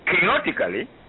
chaotically